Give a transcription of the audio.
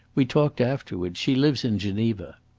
we talked afterwards. she lives in geneva.